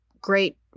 great